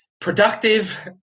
productive